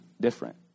different